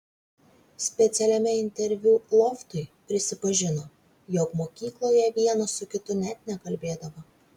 specialiame interviu loftui prisipažino jog mokykloje vienas su kitu net nekalbėdavo